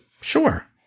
Sure